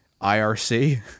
irc